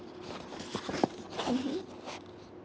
mmhmm